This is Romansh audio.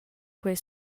quei